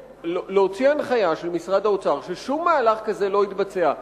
להוציא הנחיה של משרד האוצר ששום מהלך כזה לא יתבצע,